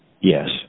Yes